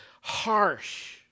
harsh